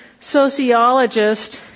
sociologist